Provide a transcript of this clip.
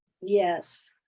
yes